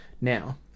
Now